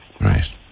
Right